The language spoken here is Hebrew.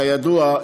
כידוע,